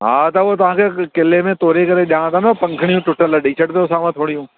हा हो त तव्हांखे किले में तोरे करे ॾेआव त न पंखड़ियूं टूटल ॾेई छॾदोसाव थोरियूं